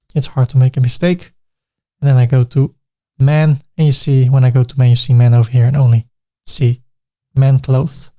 it's hard to make a mistake. and then i go to men and you see, when i go to men, you see men over here and only see men clothes.